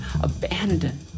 abandoned